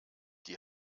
die